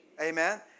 Amen